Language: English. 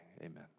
Amen